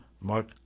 Mark